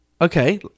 Okay